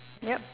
yup